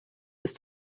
ist